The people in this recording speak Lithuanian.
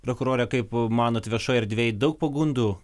prokurore kaip manot viešoj erdvėj daug pagundų